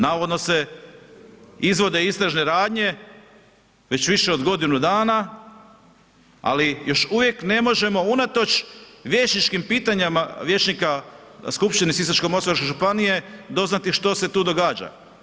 Navodno se izvode istražne radnje već više od godinu dana, ali još uvijek ne možemo, unatoč vijećničkim pitanjima, vijećnika skupštine Sisačko-moslavačke županije doznati što se tu događa.